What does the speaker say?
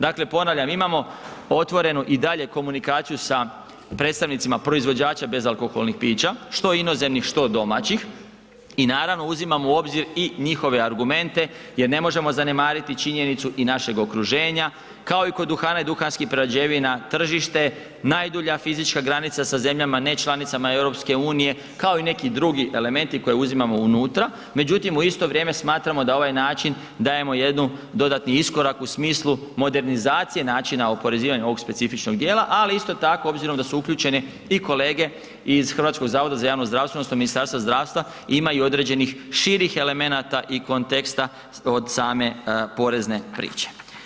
Dakle ponavljam, imamo otvorenu i dalje komunikaciju sa predstavnicima proizvođača bezalkoholnih pića, što inozemnih, što domaćih i naravno uzimamo u obzir i njihove argumente jer ne možemo zanemariti činjenicu i našeg okruženja kao i kod duhana i duhanskih prerađevina tržište je najdulja fizička granica sa zemljama nečlanicama EU, kao i neki drugi elementi koje uzimamo unutra, međutim u isto vrijeme smatramo da na ovaj način dajemo jednu dodatni iskorak u smislu modernizacije načina oporezivanja ovog specifičnog dijela, ali isto tako obzirom da su uključene i kolege iz HZJZ-a odnosno Ministarstva zdravstva, imaju određenih širih elemenata i konteksta od same porezne priče.